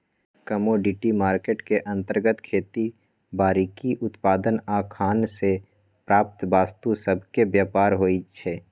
commodity market के अंतर्गत खेती बाड़ीके उत्पाद आऽ खान से प्राप्त वस्तु सभके व्यापार होइ छइ